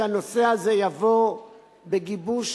שהנושא הזה יבוא בגיבוש